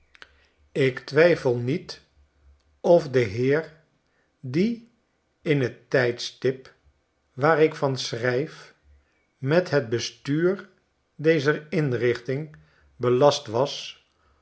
ik twijfel niet of de heer die in t tjjdstip waar ik van schrijf met het bestuur dezer inrichting belast was